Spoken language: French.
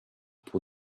pour